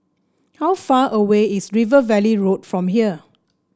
how far away is River Valley Road from here